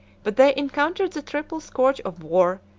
but they encountered the triple scourge of war,